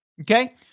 Okay